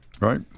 Right